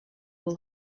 will